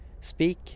speak